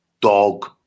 dog